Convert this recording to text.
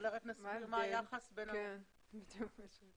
רשם האגודות השיתופיות.